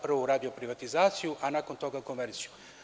Prvo su uradili privatizaciju, a nakon toga konvenciju.